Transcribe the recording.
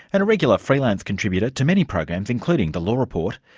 and a regular freelance contributor to many programs including the law report,